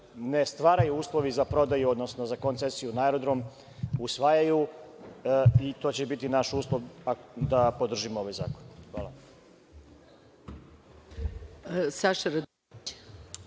ne stvaraju uslovi za prodaju, odnosno za koncesiju na aerodrom usvajaju, i to će biti naš uslov da podržimo ovaj zakon. Hvala.